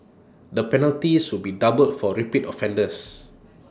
the penalties will be doubled for repeat offenders